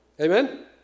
amen